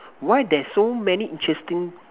why there's so many interesting